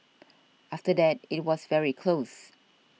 after that it was very close